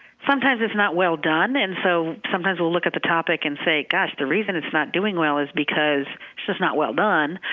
sometimes, it's not well done, and so sometimes we'll look at the topic and say, gosh, the reason it's not doing well is because it's just not well done.